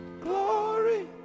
Glory